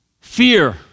fear